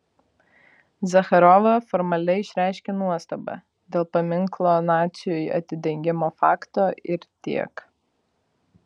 zacharova formaliai išreiškė nuostabą dėl paminklo naciui atidengimo fakto ir tiek